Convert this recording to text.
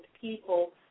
people